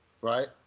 right